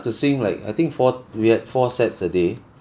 to sing like I think four we had four sets a day